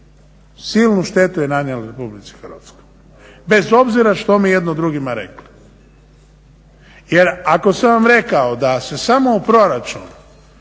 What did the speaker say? Silnu štetu je nanijela Republici Hrvatskoj bez obzira što mi jedno drugima rekli. Jer ako sam vam rekao da se samo u proračun